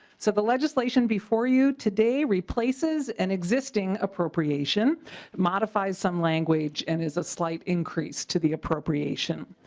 so the legislation before you today replaces an existing appropriation modify some language and is a slight increase to the appropriation.